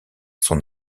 son